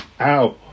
Ow